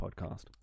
podcast